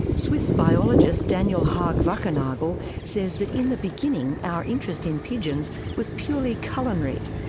swiss biologist, daniel haag-wackernagel says that in the beginning, our interest in pigeons was purely culinary.